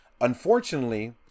Unfortunately